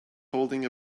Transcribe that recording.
holding